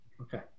Okay